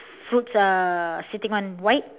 fruits are sitting on white